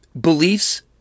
beliefs